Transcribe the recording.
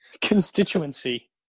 Constituency